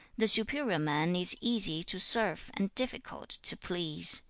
the superior man is easy to serve and difficult to please.